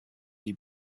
die